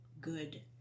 good